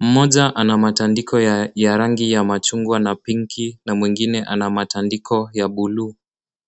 Mmoja ana matandiko ya rangi ya machungwa na pinki na mwingine ana matandiko ya buluu.